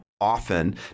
often